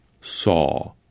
saw